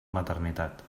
maternitat